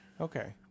okay